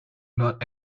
not